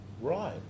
Right